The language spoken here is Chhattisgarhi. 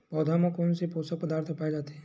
पौधा मा कोन से पोषक पदार्थ पाए जाथे?